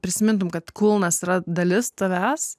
prisimintum kad kulnas yra dalis tavęs